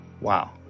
Wow